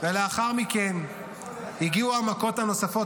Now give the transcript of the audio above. ולאחר מכן הגיעו המכות הנוספות.